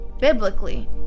biblically